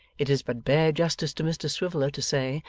it is but bare justice to mr swiveller to say,